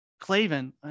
clavin